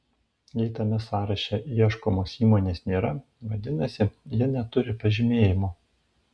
jei tame sąraše ieškomos įmonės nėra vadinasi ji neturi pažymėjimo